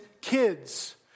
kids